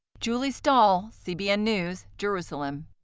julie stahl, cbn news, jerusalem.